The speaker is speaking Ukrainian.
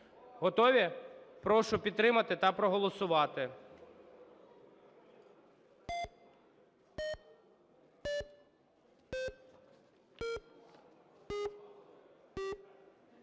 Готові? Прошу підтримати та проголосувати.